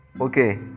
Okay